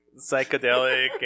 psychedelic